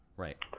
right.